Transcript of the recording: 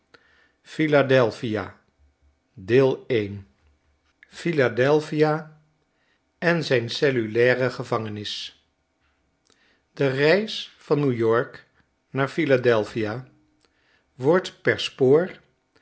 philadelphia philadelphia en zijn cellulaire gevangenis de reis van new york naar philadelphia wordt per spoor